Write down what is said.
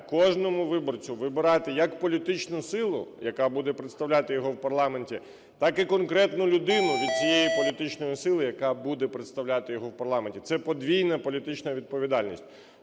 кожному виборцю вибирати як політичну силу, яка буде представляти його в парламенті, так і конкретну людину від цієї політичної сили, яка буде представляти його в парламенті. Це подвійна політична відповідальність.